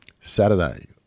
Saturday